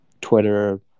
Twitter